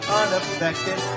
unaffected